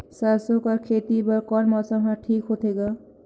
सरसो कर खेती बर कोन मौसम हर ठीक होथे ग?